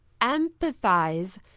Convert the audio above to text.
empathize